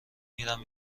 میرم